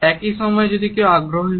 একই সময় কেউ যদি আগ্রহী হয়